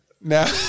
now